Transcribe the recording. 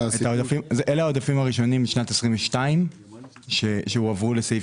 אלה העודפים הראשונים משנת 2022 שהועברו לסעיף